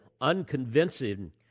unconvincing